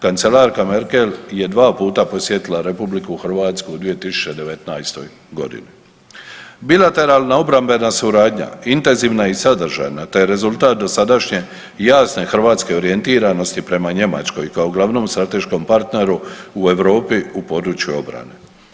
Kancelarka Merkel je 2 puta posjetila RH u 2019. g. Bilateralna obrambena suradnja, intenzivna i sadržajna te rezultat dosadašnje jasne hrvatske orijentiranosti prema Njemačkoj kao glavnom strateškom partneru u Europi u području obrane.